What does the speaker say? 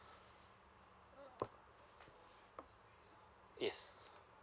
yes